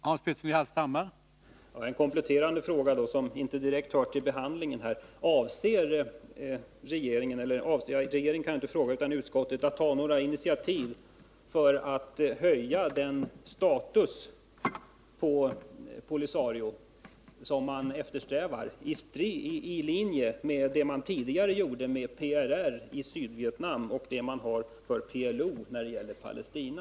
Herr talman! Låt mig då bara ställa en kompletterande fråga, som inte direkt hör till behandlingen av det här ärendet. Avser utskottet att ta några initiativ för att höja Polisarios status, som man eftersträvar, i linje med vad man tidigare gjorde när det gällde PRR i Sydvietnam och vad man gör när det gäller PLO i Palestina?